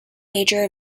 major